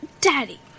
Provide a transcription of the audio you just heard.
Daddy